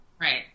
Right